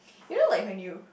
you know like when you